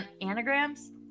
anagrams